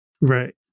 Right